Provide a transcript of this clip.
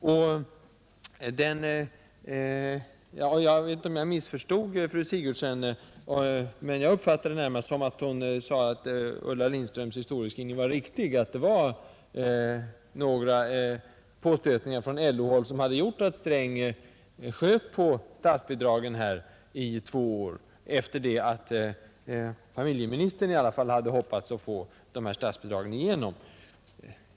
Sedan vet jag inte om jag missförstod fru Sigurdsen, men jag uppfattade det närmast så att Ulla Lindströms historieskrivning var riktig, alltså att det var några påstötningar från LO-håll som gjorde att herr Sträng sköt på statsbidragen i två år, sedan familjeministern under hand hade fått ett löfte om sådana statsbidrag.